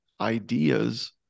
ideas